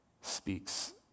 speaks